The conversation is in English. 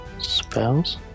Spells